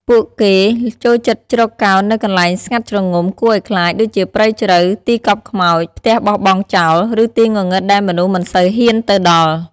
ពួកគេចូលចិត្តជ្រកកោននៅកន្លែងស្ងាត់ជ្រងំ គួរឱ្យខ្លាច ដូចជាព្រៃជ្រៅ ទីកប់ខ្មោច ផ្ទះបោះបង់ចោល ឬទីងងឹតដែលមនុស្សមិនសូវហ៊ានទៅដល់ ។